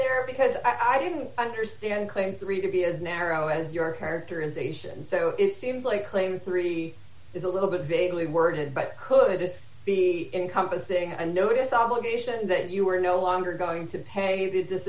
there because i didn't understand claim three to be as narrow as your characterization so it seems like claim three is a little bit vaguely worded but could it be encompassing a notice obligation that you are no longer going to pay th